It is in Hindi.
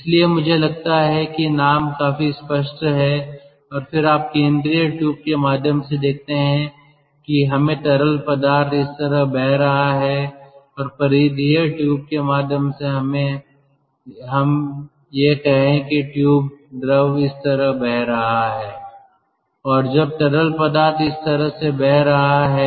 इसलिए मुझे लगता है कि नाम काफी स्पष्ट हैं और फिर आप केंद्रीय ट्यूब के माध्यम से देखते हैं कि हमें तरल पदार्थ इस तरह बह रहा है और परिधीय ट्यूब के माध्यम से हम यह कहें कि ट्यूब द्रव इस तरह बह रहा है और जब तरल पदार्थ इस तरह से बह रहा है